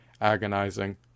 agonizing